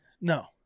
No